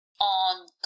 on